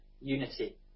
unity